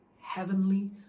heavenly